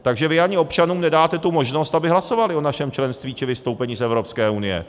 Takže vy ani občanům nedáte tu možnost, aby hlasovali o našem členství či vystoupení z Evropské unie.